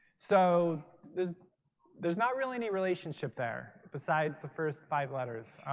so there's there's not really any relationship there besides the first five letters.